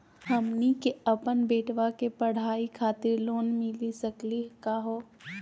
हमनी के अपन बेटवा के पढाई खातीर लोन मिली सकली का हो?